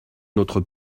notre